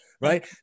right